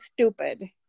stupid